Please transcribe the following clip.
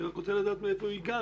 אני רק אומר מהיכן הגענו.